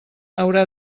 haurà